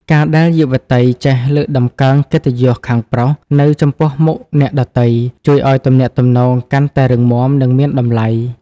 ការដែលយុវតីចេះ "លើកតម្កើងកិត្តិយសខាងប្រុស" នៅចំពោះមុខអ្នកដទៃ ជួយឱ្យទំនាក់ទំនងកាន់តែរឹងមាំ និងមានតម្លៃ។